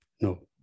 No